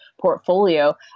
portfolio